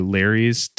Larry's